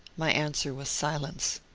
my answer was silence.